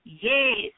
Yes